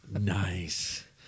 Nice